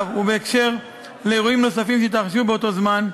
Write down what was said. ובהקשר של אירועים נוספים שהתרחשו באותו זמן,